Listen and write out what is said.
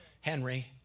Henry